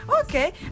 Okay